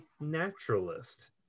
naturalist